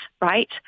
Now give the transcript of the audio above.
right